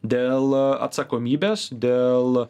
dėl atsakomybės dėl